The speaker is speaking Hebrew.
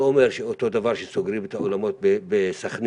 אומר שאותו דבר סוגרים את האולמות בסכנין.